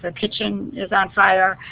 the kitchen is on fire,